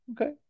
Okay